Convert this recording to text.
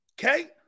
Okay